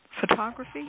photography